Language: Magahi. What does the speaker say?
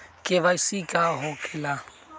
के.वाई.सी का हो के ला?